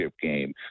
game